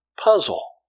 puzzle